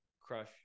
crush